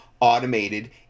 automated